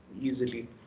easily